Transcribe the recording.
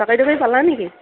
গ'লা নেকি